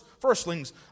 firstlings